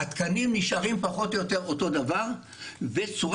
התקנים נשארים פחות או יתר אותו דבר וצורת